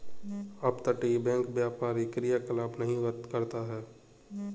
अपतटीय बैंक व्यापारी क्रियाकलाप नहीं करता है